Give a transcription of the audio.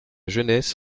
jeunesse